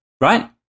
right